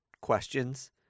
questions